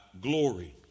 glory